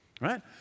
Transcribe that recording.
Right